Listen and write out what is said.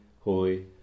holy